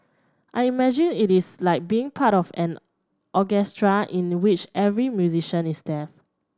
I imagine it is like being part of an orchestra in which every musician is deaf